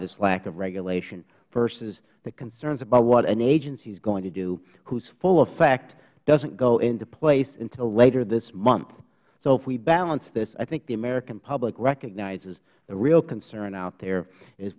this lack of regulation versus the concerns about what an agency is going to do whose full effect doesn't go in to place until later this month so if we balance this i think the american public recognizes the real concern out there is